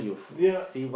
ya